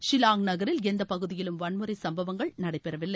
ஷில்லாங் நகரில் எந்த பகுதியிலும் வன்முறை சம்பவங்கள் நடைபெறவில்லை